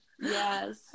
Yes